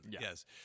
Yes